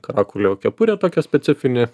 karakulio kepurė tokia specifinė